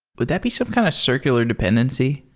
would that be some kind of circular dependency?